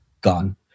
gone